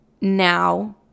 Now